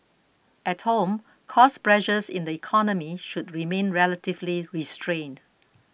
at home cost pressures in the economy should remain relatively restrained